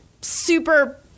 super